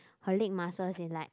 her leg muscle is like